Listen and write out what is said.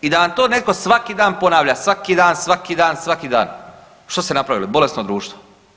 I da vam to netko svaki dan ponavlja, svaki dan, svaki dan, svaki dan, što ste napravili, bolesno društvo.